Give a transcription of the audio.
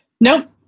Nope